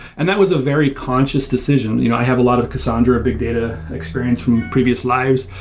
and that was a very conscious decision. you know i have a lot of cassandra or big data experience from previous lives,